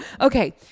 okay